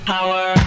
Power